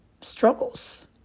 struggles